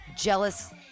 jealous